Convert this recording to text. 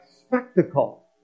spectacle